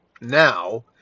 now